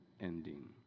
ending